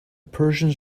persians